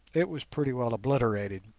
it was pretty well obliterated